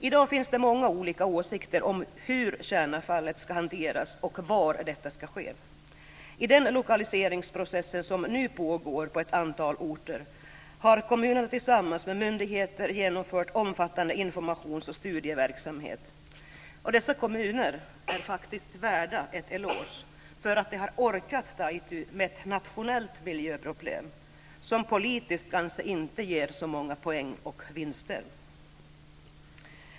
I dag finns det många olika åsikter om hur kärnavfallet ska hanteras och var detta ska ske. I den lokaliseringsprocess som nu pågår på ett antal orter har kommunerna tillsammans med myndigheter genomfört omfattande informations och studieverksamhet. Dessa kommuner är faktiskt värda en eloge för att de har orkat ta itu med ett nationellt miljöproblem som politiskt kanske inte ger så många poänger och vinster.